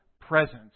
presence